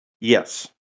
Yes